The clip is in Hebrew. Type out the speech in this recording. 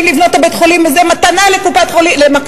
לבנות את בית-החולים הזה מתנה ל"מכבי",